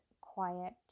quiet